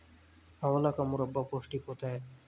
आंवला का मुरब्बा पौष्टिक होता है